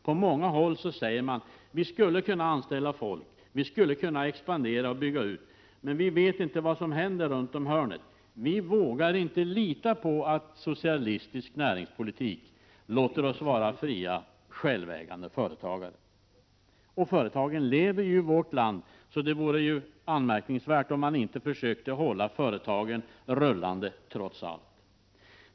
På många håll säger man: Vi skulle kunna anställa folk, vi skulle kunna expandera och bygga ut, men vi vet inte vad som händer runt hörnet, och vi vågar inte lita på att socialistisk näringspolitik låter oss vara fria, självägande företagare. Och företagen lever ju i vårt land, så det vore anmärkningsvärt, om man inte försökte hålla företagen rullande trots allt.